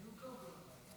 מי קבע?